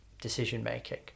decision-making